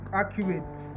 accurate